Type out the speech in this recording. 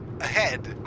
ahead